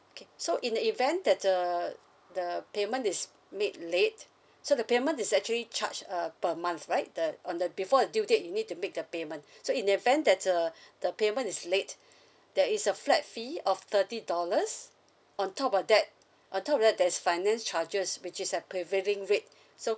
okay so in the event that uh the payment is made late so the payment is actually charged uh per month right the on the before the due date you need to make the payment so in the event that uh the payment is late there is a flat fee of thirty dollars on top of that on top of that there's finance charges which is at prevailing rate so